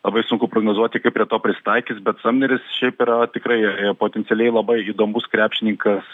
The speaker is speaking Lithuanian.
labai sunku prognozuoti kaip prie to prisitaikys bet samneris šiaip yra tikrai potencialiai labai įdomus krepšininkas